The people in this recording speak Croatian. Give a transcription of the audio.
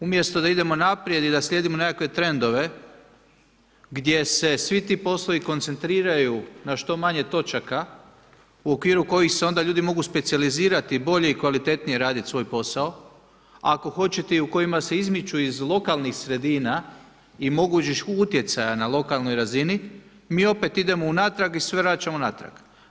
Umjesto da idemo naprijed i da slijedimo nekakve trendove gdje se svi ti poslovi koncentriraju na što manje točaka u okviru kojih se ljudi onda mogu specijalizirati, bolje i kvalitetnije raditi svoj posao, ako hoćete i u kojima se izmiču iz lokalnih sredina i mogućeg utjecaja na lokalnoj razini, mi opet idemo natrag i sve vraćamo natrag.